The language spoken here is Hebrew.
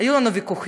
היו לנו ויכוחים,